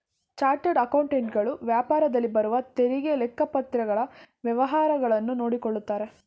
chartered accountant ಗಳು ವ್ಯಾಪಾರದಲ್ಲಿ ಬರುವ ತೆರಿಗೆ, ಲೆಕ್ಕಪತ್ರಗಳ ವ್ಯವಹಾರಗಳನ್ನು ನೋಡಿಕೊಳ್ಳುತ್ತಾರೆ